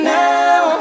now